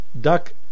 duck